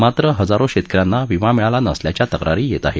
मात्र हजारो शेतकऱ्यांना विमा मिळाला नसल्याच्या तक्रारी येत आहेत